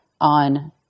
on